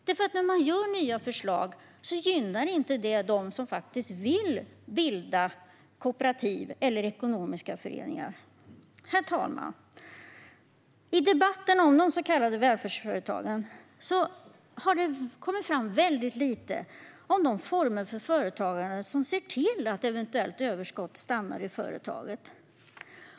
När man kommer med nya förslag gynnar de inte dem som faktiskt vill bilda kooperativ eller ekonomiska föreningar. Herr talman! I debatten om de så kallade välfärdsföretagen har det kommit fram väldigt lite om de former för företagande som ser till att eventuellt överskott stannar i företaget.